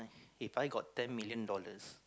If I got ten million dollars